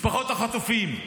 משפחות החטופים.